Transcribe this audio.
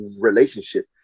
relationship